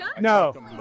No